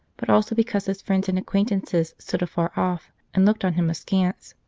but also because his friends and acquaintances stood afar off, and looked on him askance.